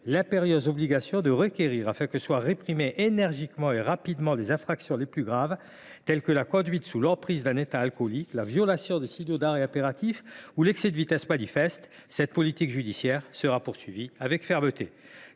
l’impérieuse obligation de requérir afin que soient réprimées énergiquement et rapidement les infractions les plus graves, telles que la conduite sous l’emprise d’un état alcoolique, la violation des signaux d’arrêt impératif ou l’excès de vitesse manifeste. Cette politique judiciaire sera poursuivie avec fermeté.